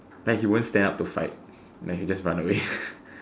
like he won't stand up to fight he will just run away